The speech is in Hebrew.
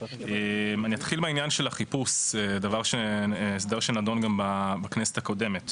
אתחיל מעניין החיפוש, הסדר שנדון גם בכנסת הקודמת.